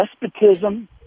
despotism